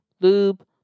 lube